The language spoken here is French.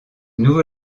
nouveau